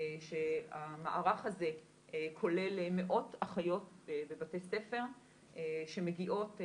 המערך הזה כולל מאות אחיות בבתי הספר שמגיעות,